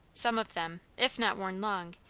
some of them, if not worn long,